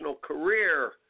career